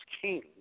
King